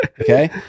okay